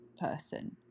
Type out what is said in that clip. person